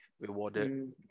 rewarded